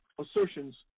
assertions